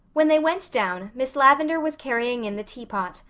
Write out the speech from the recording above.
when they went down miss lavendar was carrying in the teapot,